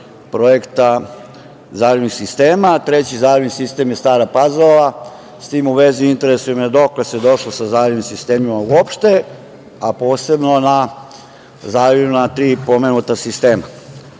projekta zalivnih sistema, a treći zalivni sistem je Stara Pazova. S tim u vezi interesuje me dokle se došlo sa zalivnim sistemima u opšte, a posebno na zalivima tri pomenuta sistema. Dame